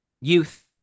youth